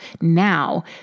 now